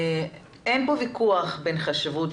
אין פה ויכוח בין חשיבות